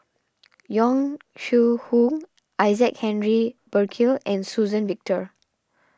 Yong Shu Hoong Isaac Henry Burkill and Suzann Victor